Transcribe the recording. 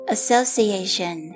Association